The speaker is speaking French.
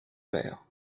père